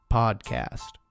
podcast